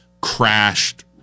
crashed